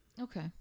Okay